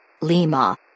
Lima